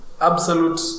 absolute